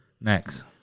Next